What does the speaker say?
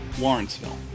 Lawrenceville